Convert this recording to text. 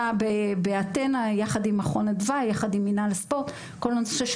בליגות העל במפעלים בין לאומיים וכל הנושא של